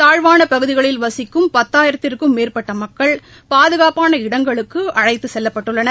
தாழ்வானபகுதிகளில் வசிக்கும் பத்தாயிரத்திற்கும் மேற்பட்டமக்கள் பாதுகாப்பான இடங்களுக்குஅழைத்துச் செல்லப்பட்டுள்ளனர்